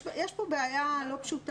יש פה בעיה לא פשוטה.